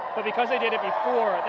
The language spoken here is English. but because they did it before,